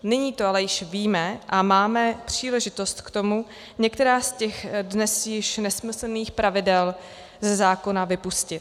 Nyní to ale již víme a máme příležitost k tomu některá z těch dnes již nesmyslných pravidel ze zákona vypustit.